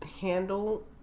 handle